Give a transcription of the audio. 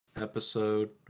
episode